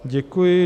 Děkuji.